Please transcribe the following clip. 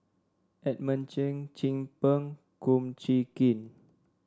Edmund Cheng Chin Peng Kum Chee Kin